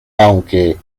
aunque